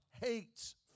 hates